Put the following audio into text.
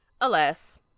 alas